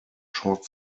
short